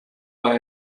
bei